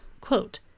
Quote